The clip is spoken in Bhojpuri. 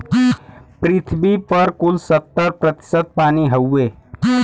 पृथ्वी पर कुल सत्तर प्रतिशत पानी हउवे